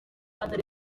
atari